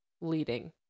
leading